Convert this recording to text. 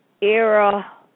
era